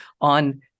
on